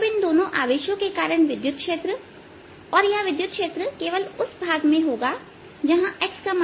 तब इन दोनों आवेशों के कारण विद्युत क्षेत्र और यह विद्युत क्षेत्र केवल उस भाग में होगा जहां x0है